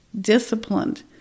disciplined